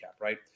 right